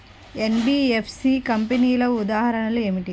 NBFC కంపెనీల ఉదాహరణ ఏమిటి?